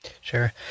Sure